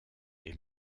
est